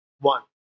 One